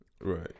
Right